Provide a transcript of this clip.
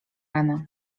rana